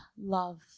love